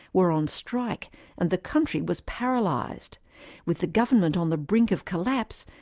were on strike and the country was paralysed. with the government on the brink of collapse,